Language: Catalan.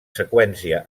seqüència